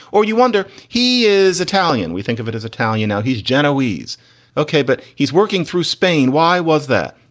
or you wonder he is italian. we think of it as italian now. he's genoways ok, but he's working through spain. why was that?